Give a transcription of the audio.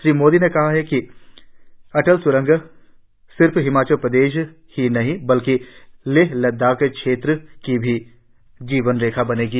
श्री मोदी ने कहा कि अटल स्रंग सिर्फ हिमाचल प्रदेश ही नहीं बल्कि लेह लद्दाख क्षेत्र की भी जीवनरेखा बनेगी